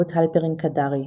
רות הלפרין-קדרי,